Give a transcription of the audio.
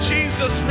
Jesus